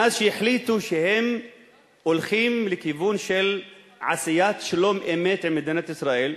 מאז החליטו שהם הולכים לכיוון של עשיית שלום-אמת עם מדינת ישראל,